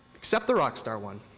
except the rock star one,